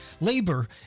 labor